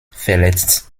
verletzt